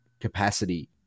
capacity